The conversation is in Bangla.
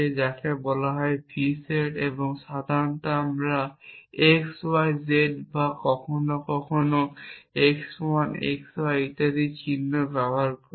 যাকে বলা হয় v সেট এবং সাধারণত আমরা x y z বা কখনও কখনও x 1 x 2 ইত্যাদি চিহ্ন ব্যবহার করি